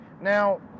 Now